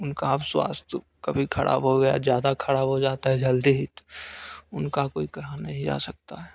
उनका अब स्वास्थय कभी खराब हो गया ज़्यादा खराब हो जाता है जल्द ही तो उनका कोई कहा नहीं जा सकता है